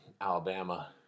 Alabama